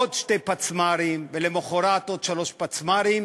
עוד שני פצמ"רים ולמחרת עוד שלושה פצמ"רים,